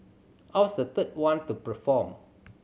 I was the third one to perform